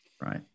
right